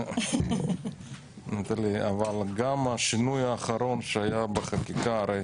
גם השינוי האחרון שהיה בחקיקה, הרי